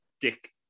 Dick